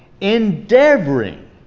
endeavoring